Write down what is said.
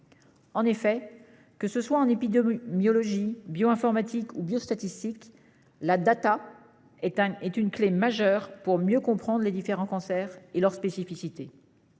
En effet, que ce soit en épidémiologie, bio-informatique ou biostatistique, la data est une clé majeure pour mieux comprendre les différents cancers et leurs spécificités.